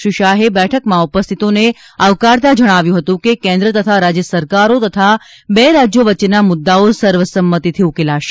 શ્રી શાહે બેઠકમાં ઉપસ્થિતોને આવકારતા જણાવ્યું હતું કે કેન્દ્ર તથા રાજ્ય સરકારો તથા બે રાજ્યો વચ્ચેના મુદ્દાઓ સર્વસંમતીથી ઉકેલાશે